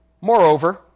Moreover